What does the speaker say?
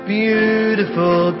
beautiful